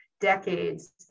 decades